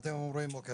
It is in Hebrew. ואתם אומרים - אוקי,